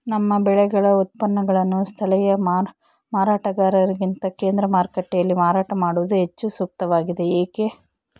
ನಮ್ಮ ಬೆಳೆಗಳ ಉತ್ಪನ್ನಗಳನ್ನು ಸ್ಥಳೇಯ ಮಾರಾಟಗಾರರಿಗಿಂತ ಕೇಂದ್ರ ಮಾರುಕಟ್ಟೆಯಲ್ಲಿ ಮಾರಾಟ ಮಾಡುವುದು ಹೆಚ್ಚು ಸೂಕ್ತವಾಗಿದೆ, ಏಕೆ?